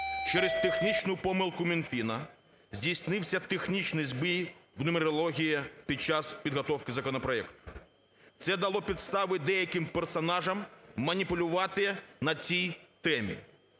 Через технічну помилку Мінфіну здійснився технічний збій в нумерології під час підготовки законопроекту. Це дало підстави деяким персонажам маніпулювати на цій темі.